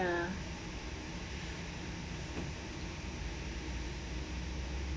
ya